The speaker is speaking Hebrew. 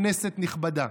כנסת נכבדה".